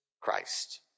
Christ